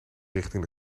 richting